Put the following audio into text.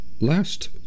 Last